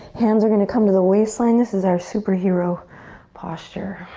hands are gonna come to the waistline. this is our superhero posture.